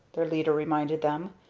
their leader reminded them.